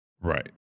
Right